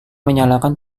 menyalakan